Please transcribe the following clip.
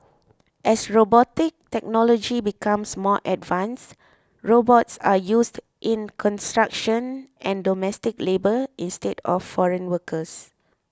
as robotic technology becomes more advanced robots are used in construction and domestic labour instead of foreign workers